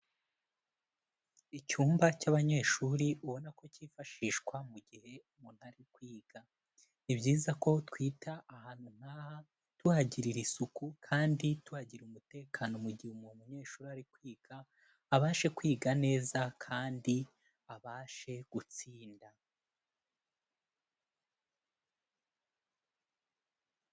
Icyumba cy'abanyeshuri ubona ko cyifashishwa mu gihe umuntu ari kwiga, ni byiza ko twita ahantu nkaha tuhagirira isuku kandi tuhagira umutekano mu gihe umuntu munyeshuri ari kwiga abashe kwiga neza kandi abashe gutsinda.